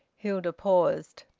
hilda paused.